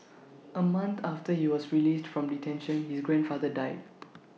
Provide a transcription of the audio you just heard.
A month after he was released from detention his grandfather died